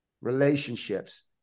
Relationships